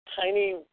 tiny